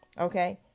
Okay